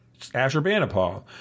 Ashurbanipal